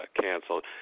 canceled –